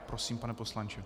Prosím, pane poslanče.